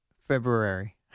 February